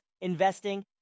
investing